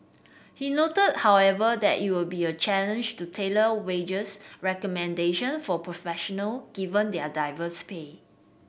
he noted however that it would be a challenge to tailor wages recommendation for professional given their diverse pay